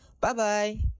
Bye-bye